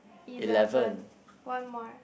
eleven one more